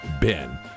Ben